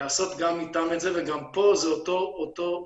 לעשות גם איתם את זה, וגם פה זה אותו משרד.